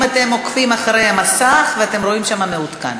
אם אתם עוקבים אחרי המסך, אתם רואים שם מעודכן.